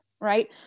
right